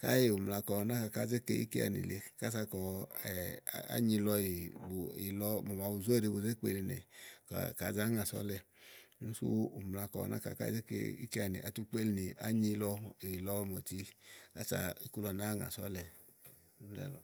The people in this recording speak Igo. Káèè ù mla kɔ ɔwɛ náka ká zé ke íkeanì le kása kɔ ányi lɔ yilɔ, mò màa bu zóɖi bu zé kpelinìɔwɛ kà za ŋa sòo ɔ̀lɛ, sú ú mla ni kɔ ɔwɛ náka ká zé ke íkeanì atu kpelinì ányi lɔ ìlɔ mòti ása iku lɔ nàáa ŋòso ɔ̀lɛ úni ɖálɔ̀ɔ.